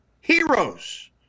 heroes